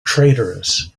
traitorous